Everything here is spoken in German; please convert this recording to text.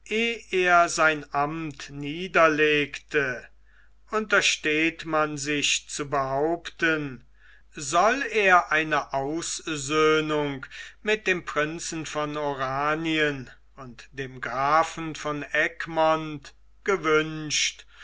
er sein amt niederlegte untersteht man sich zu behaupten soll er eine aussöhnung mit dem prinzen von oranien und dem grafen von egmont gewünscht